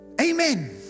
Amen